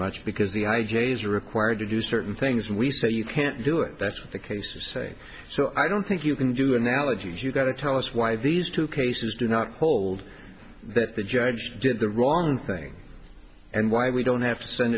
much because the i j a is required to do certain things we say you can't do it that's the case to say so i don't think you can do analogies you've got to tell us why these two cases do not hold that the judge did the wrong thing and why we don't have to send